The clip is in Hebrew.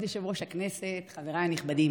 כבוד יושב-ראש הכנסת, חבריי הנכבדים,